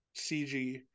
CG